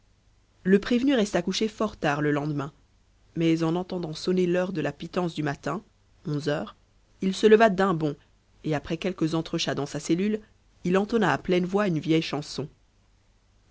le prévenu resta couché fort tard le lendemain mais en entendant sonner l'heure de la pitance du matin onze heures il se leva d'un bond et après quelques entrechats dans sa cellule il entonna à pleine voix une vieille chanson